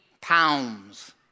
pounds